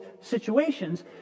situations